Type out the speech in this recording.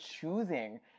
choosing